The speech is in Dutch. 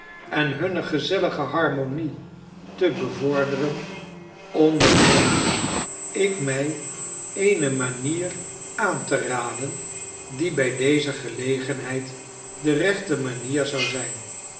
en hunne gezellige harmonie te bevorderen onderwond ik mij eene manier aan te raden die bij deze gelegenheid de rechte manier zou zijn